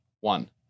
one